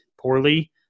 poorly